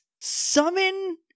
summon